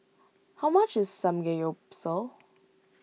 how much is Samgeyopsal